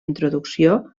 introducció